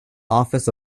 office